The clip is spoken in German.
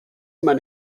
man